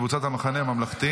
קבוצת סיעת המחנה הממלכתי,